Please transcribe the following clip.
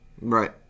Right